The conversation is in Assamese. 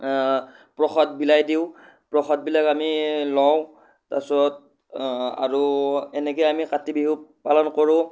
প্ৰসাদ বিলাই দিওঁ প্ৰসাদবিলাক আমি লওঁ তাৰছত আৰু এনেকে আমি কাতি বিহু পালন কৰোঁ